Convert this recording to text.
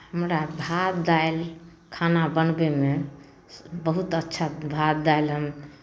हमरा भात दालि खाना बनबैमे बहुत अच्छा भात दालि हम